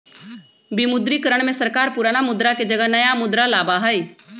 विमुद्रीकरण में सरकार पुराना मुद्रा के जगह नया मुद्रा लाबा हई